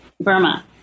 Burma